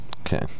Okay